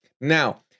Now